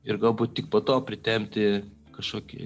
ir galbūt tik po to pritempti kažkokį